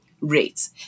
rates